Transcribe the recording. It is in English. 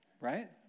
Right